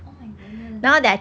oh my goodness